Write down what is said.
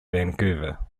vancouver